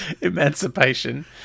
Emancipation